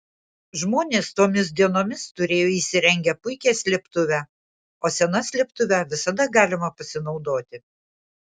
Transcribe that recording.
žmonės tomis dienomis turėjo įsirengę puikią slėptuvę o sena slėptuve visada galima pasinaudoti